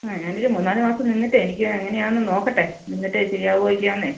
ആ ഞാൻ ഒരു മൂന്ന് നാല് മാസം നിന്നിട്ട് എനിക്ക് എങ്ങനെയാണ് നോക്കട്ടെ നിന്നിട്ട് ശരിയാവുമോ ഇല്ലയോ എന്ന്